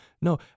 No